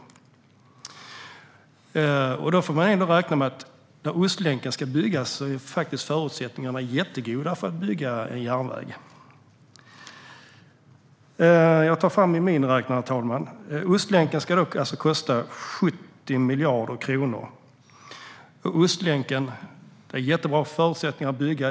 Då ska man ändå räkna med att där Ostlänken ska byggas är förutsättningarna faktiskt jättegoda för att bygga en järnväg. Jag tar fram min miniräknare, herr talman. Ostlänken ska alltså kosta 70 miljarder kronor, och förutsättningarna är jättebra.